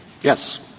Yes